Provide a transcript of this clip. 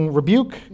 rebuke